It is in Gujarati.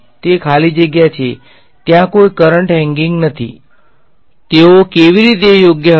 તેઓ કેવી રીતે યોગ્ય હશે